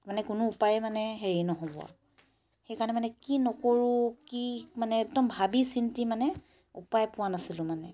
মানে কোনো উপায় মানে হেৰি নহ'ব সেইকাৰণে মানে কি নকৰোঁ কি মানে একদম ভাবি চিন্তি মানে উপায় পোৱা নাছিলো মানে